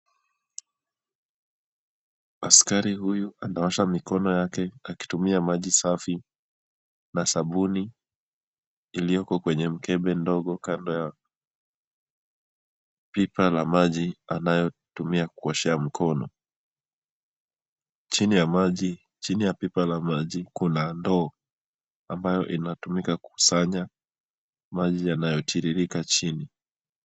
Askari huyu anaosha mikono yake akitumia maji safi na sabuni iliyoko kwenye mkebe ndogo kando ya pipa la maji anayotumia kuoshea mkono. Chini ya pipa la maji kuna ndoo ambayo inatumika kukusanya maji yanayotiririka chini.